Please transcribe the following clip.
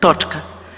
Točka.